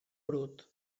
brut